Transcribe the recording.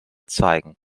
zeigen